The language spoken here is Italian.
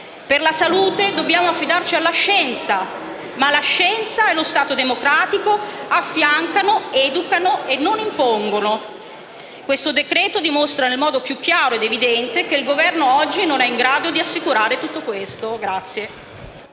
Per la salute dobbiamo affidarci alla scienza, ma la scienza e lo Stato democratico affiancano, educano e non impongono. Questo decreto-legge dimostra nel modo più chiaro ed evidente che il Governo oggi non è in grado di assicurare tutto questo. *(La